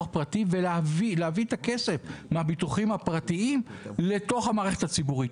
פרטי ולהביא את הכסף מהביטוח הפרטי לתוך המערכת הציבורית.